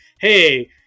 Hey